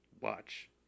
Watch